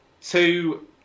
two